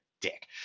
dick